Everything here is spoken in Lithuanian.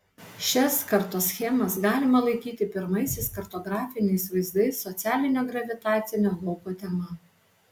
šias kartoschemas galima laikyti pirmaisiais kartografiniais vaizdais socialinio gravitacinio lauko tema